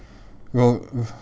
uh uh